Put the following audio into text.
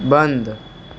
बंद